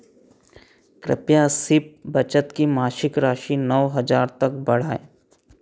कृपया सिप बचत की मासिक राशि नौ हज़ार तक बढ़ाएँ